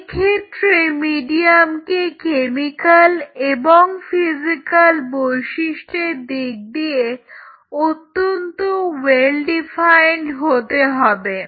এক্ষেত্রে মিডিয়ামকে কেমিকাল এবং ফিজিকাল বৈশিষ্ট্যের দিক দিয়ে অত্যন্ত well defined হতে হবে